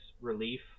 relief